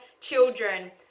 children